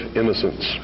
innocence